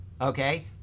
Okay